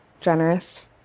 generous